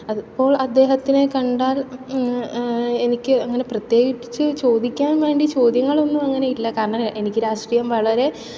അതിപ്പോൾ അദ്ദേഹത്തിനെ കണ്ടാൽ എനിക്ക് അങ്ങനെ പ്രത്യേകിച്ച് ചോദിക്കാൻ വേണ്ടി ചോദ്യങ്ങളൊന്നുമങ്ങനെയില്ല കാരണം എനിക്ക് രാഷ്ട്രീയം വളരെ